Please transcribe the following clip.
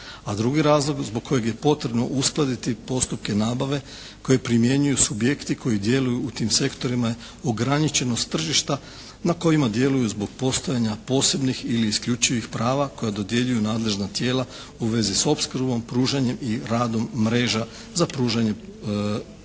A drugi razlog zbog kojeg je potrebno uskladiti postupke nabave koji primjenjuju subjekti koji djeluju u tim sektorima je ograničenost tržišta na kojima djeluju zbog postojanja posebnih ili isključivih prava koja dodjeljuju nadležna tijela u vezi s opskrbom, pružanjem i radom mreža za pružanje predmetnih